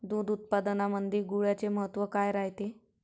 दूध उत्पादनामंदी गुळाचे महत्व काय रायते?